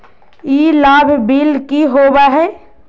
ई लाभ बिल की होबो हैं?